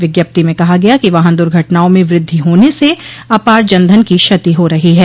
विज्ञप्ति में कहा गया कि वाहन दुर्घटनाओं में वृद्धि होने से अपार जनधन की क्षति हो रही है